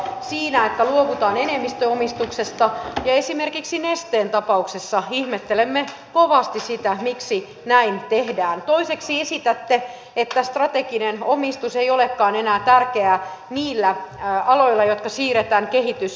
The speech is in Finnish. siinä että luovutaan enemmistöomistuksesta ja esimerkiksi nesteen tapauksessa ihmettelemme kovasti sitä miksi näin tehdään ja toiseksi esitätte että strateginen omistus ei olekaan enää tärkeää niillä aloilla jotka siirretään kehitysyhtiöön